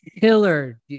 killer